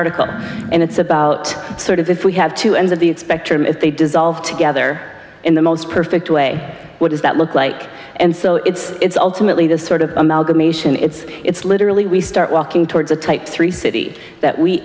article and it's about sort of if we have two ends of the spectrum if they dissolve together in the most perfect way what does that look like and so it's ultimately the sort of amalgamation it's it's literally we start walking towards a type three city that we